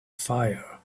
fire